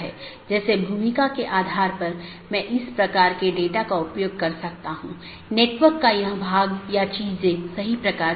metric पर कोई सार्वभौमिक सहमति नहीं है जिसका उपयोग बाहरी पथ का मूल्यांकन करने के लिए किया जा सकता है